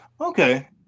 Okay